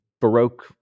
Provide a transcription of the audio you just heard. Baroque